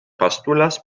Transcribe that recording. postulas